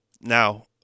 Now